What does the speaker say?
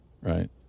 right